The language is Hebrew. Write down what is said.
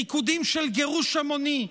ריקודים של גירוש המוני,